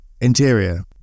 interior